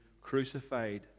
crucified